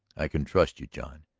i can trust you, john,